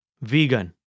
Vegan